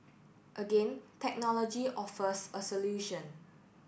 again technology offers a solution